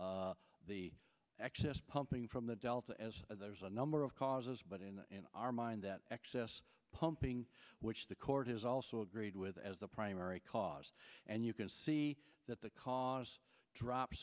rank the excess pumping from the delta as there's a number of causes but in our mind that excess pumping which the court has also agreed with as the primary cause and you can see that the cause drop